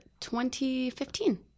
2015